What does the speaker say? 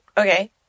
Okay